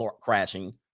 crashing